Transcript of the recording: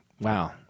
Wow